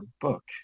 book